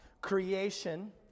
creation